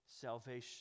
salvation